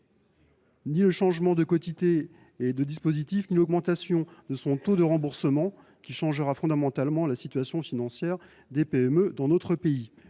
Ni un changement de quotité du dispositif ni une augmentation de son taux de remboursement ne changera fondamentalement la situation financière des PME dans notre pays.